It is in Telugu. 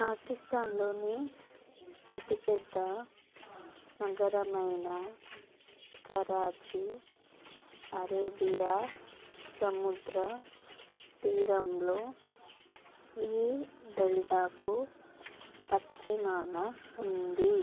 పాకిస్తాన్లోని అతి పెద్ద నగరమైన కరాచీ అరేబియా సముద్ర తీరంలో ఈ డెల్టాకు పశ్చిమాన ఉంది